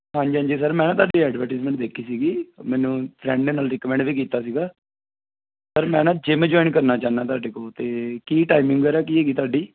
ਹਾਂਜੀ ਹਾਂਜੀ ਸਰ ਮੈਂ ਨਾ ਤੁਹਾਡੀ ਐਡਵੋਟੀਜ਼ਮੈਂਟ ਦੇਖੀ ਸੀਗੀ ਮੈਨੂੰ ਫਰੈਂਡ ਨੇ ਨਾਲ ਰਿਕਮੈਂਡ ਵੀ ਕੀਤਾ ਸੀਗਾ ਸਰ ਮੈਂ ਨਾ ਜਿੰਮ ਜੁਆਇਨ ਕਰਨਾ ਚਾਹੁੰਦਾ ਤੁਹਾਡੇ ਕੋਲ ਅਤੇ ਕੀ ਟਾਈਮਿੰਗ ਵਗੈਰਾ ਕੀ ਹੈਗੀ ਤੁਹਾਡੀ